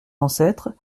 ancêtres